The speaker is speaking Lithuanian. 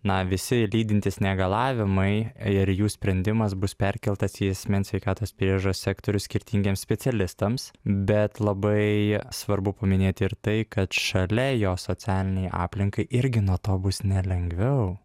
na visi lydintys negalavimai ir jų sprendimas bus perkeltas į asmens sveikatos priežiūros sektorių skirtingiems specialistams bet labai svarbu paminėti ir tai kad šalia jos socialinei aplinkai irgi nuo to bus ne lengviau